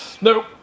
Nope